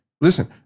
Listen